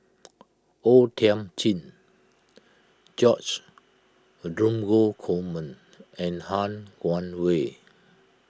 O Thiam Chin George a Dromgold Coleman and Han Guangwei